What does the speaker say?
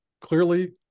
Clearly